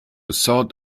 sod